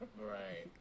Right